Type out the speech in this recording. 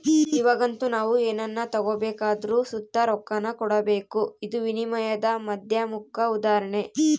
ಇವಾಗಂತೂ ನಾವು ಏನನ ತಗಬೇಕೆಂದರು ಸುತ ರೊಕ್ಕಾನ ಕೊಡಬಕು, ಇದು ವಿನಿಮಯದ ಮಾಧ್ಯಮುಕ್ಕ ಉದಾಹರಣೆ